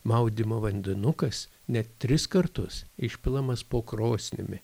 maudymo vandenukas net tris kartus išpilamas po krosnimi